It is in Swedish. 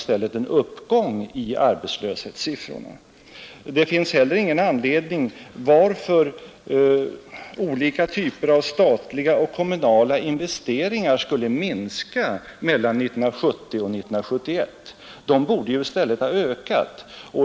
Det finns heller ingen anledning till att olika typer av statliga och kommunala investeringar skulle minska mellan 1970 och 1971. De borde ju i stället ha ökat.